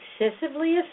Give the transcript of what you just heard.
excessively